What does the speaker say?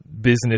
business